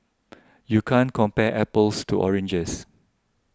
you can't compare apples to oranges